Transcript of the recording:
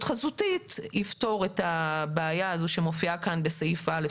חזותית יפתור את הבעיה הזאת שמופיעה כאן בסעיף (א).